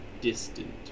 distant